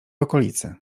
okolicy